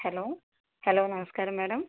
hello hello നമസ്കാരം madam